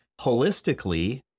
holistically